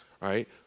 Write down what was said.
right